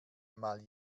mal